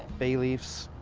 bay leaves.